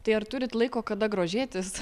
tai ar turit laiko kada grožėtis